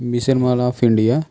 mission wall of India